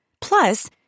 plus